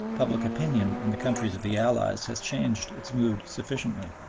public opinion in the countries of the allies has changed its mood sufficiently.